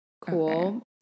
cool